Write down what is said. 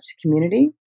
community